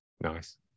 Nice